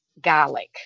garlic